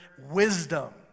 wisdom